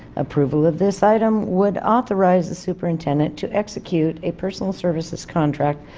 approval of this item would authorize the superintendent to execute a personal services contract,